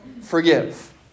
forgive